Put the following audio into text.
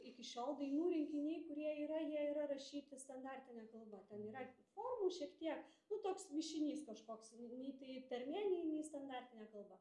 iki šiol dainų rinkiniai kurie yra jie yra rašyti standartine kalba ten yra formų šiek tiek nu toks mišinys kažkoks nei tai tarmė nei nei standartinė kalba